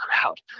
crowd